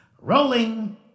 Rolling